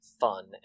fun